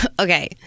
Okay